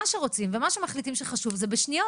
מה שרוצים ומה שמחליטים שחשוב זה בשניות.